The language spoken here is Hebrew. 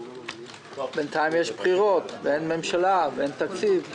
בינתיים יש בחירות ואין ממשלה ואין תקציב,